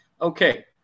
Okay